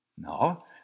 No